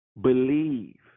believe